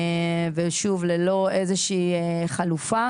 ושוב, ללא איזושהי חלופה.